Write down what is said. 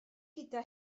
gyda